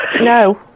No